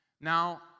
Now